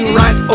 right